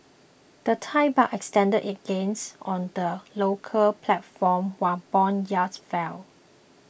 the Thai Baht extended its gains on the local platform while bond yields fell